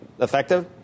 Effective